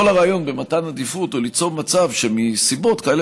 כל הרעיון במתן עדיפות הוא ליצור מצב שמסיבות כאלה